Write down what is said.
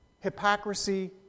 hypocrisy